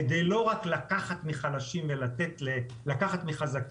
כדי לא רק לקחת מחזקים ולתת לחלשים,